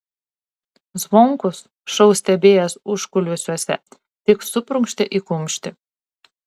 zvonkus šou stebėjęs užkulisiuose tik suprunkštė į kumštį